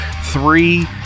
three